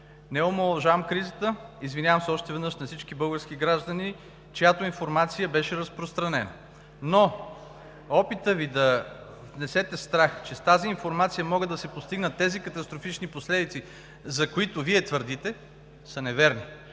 Не омаловажавам кризата. Извинявам се още веднъж на всички български граждани, чиято информация беше разпространена. Опитът Ви обаче да внесете страх, че с тази информация могат да се постигнат катастрафични последици, за които Вие твърдите, са неверни.